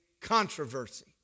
controversy